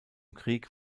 krieg